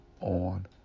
on